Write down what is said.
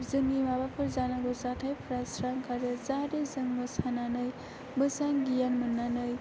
जोंनि माबाफोर जानांगौ जाथायफोरा स्रां खारो जाहाथे जों मोसानानै मोजां गियान मोननानै